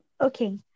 Okay